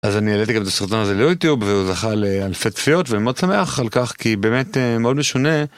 אז אני העליתי גם את הסרטון הזה ליוטיוב והוא זכה לאלפי צפיות, ואני מאוד שמח על כך, כי באמת, מאוד משונה...